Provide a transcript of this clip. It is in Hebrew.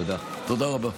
תודה רבה.